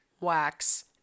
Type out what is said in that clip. wax